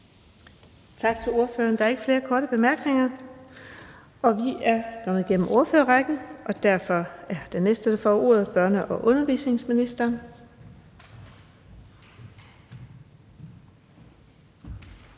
Tak til ordføreren. Der er ikke flere korte bemærkninger. Vi er nået igennem ordførerrækken, og derfor er den næste, der får ordet, børne- og undervisningsministeren.